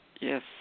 Yes